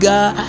God